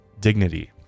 dignity